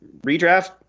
redraft